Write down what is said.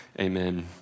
Amen